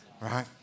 right